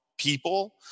people